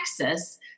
Texas